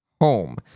home